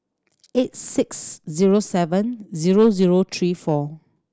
eight six zero seven zero zero three four